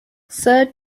sir